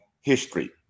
history